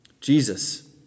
Jesus